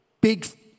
big